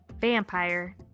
Vampire